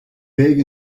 big